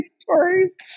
stories